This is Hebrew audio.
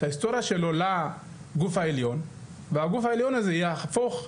את ההיסטוריה שלו לגוף העליון והגוף העליון הזה יהפוך,